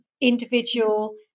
individual